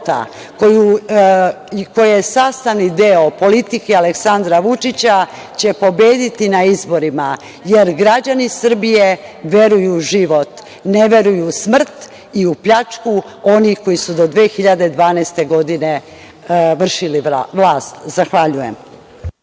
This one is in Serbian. koja je sastavni deo politike Aleksandra Vučića će pobediti na izborima, jer građani Srbije veruju u život, ne veruju u smrt i u pljačku onih koji su do 2012. godine vršili vlast. Zahvaljujem.